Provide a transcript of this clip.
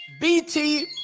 BT